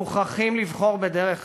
מוכרחים לבחור בדרך רבין.